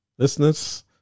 Listeners